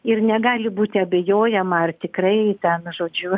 ir negali būti abejojama ar tikrai ten žodžiu